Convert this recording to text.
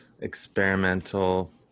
experimental